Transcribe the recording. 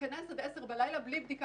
להיכנס לישראל עד 10 בלילה בלי בדיקה